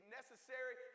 necessary